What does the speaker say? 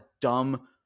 dumb